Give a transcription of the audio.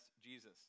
Jesus